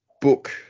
book